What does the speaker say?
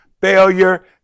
failure